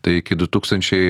tai iki du tūkstančiai